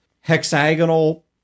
hexagonal